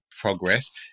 progress